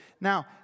Now